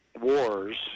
wars